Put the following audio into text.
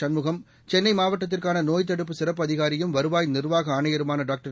சண்முகம் சென்னை மாவட்டத்திற்கான நோய்த்தடுப்பு சிறப்பு அதிகாரியும் வருவாய் நிர்வாக ஆணையருமான டாக்டர்